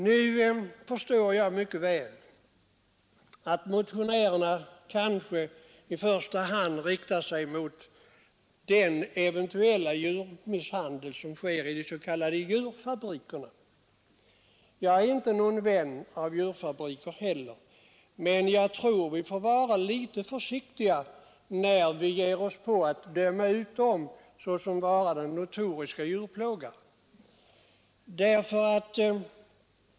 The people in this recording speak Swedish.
Nu förstår jag emellertid mycket väl att motionärerna här i första hand riktar sig emot den eventuella djurmisshandel som förekommer i de s.k. djurfabrikerna, och inte heller jag är någon vän av djurfabriker. Men vi får nog vara lite försiktiga med att döma och säga att djurfabrikerna är ställen där man bedriver notoriskt djurplågeri.